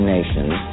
Nations